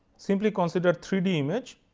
simply considered three d image